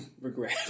Regret